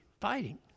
fighting